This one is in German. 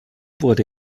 wurde